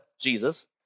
Jesus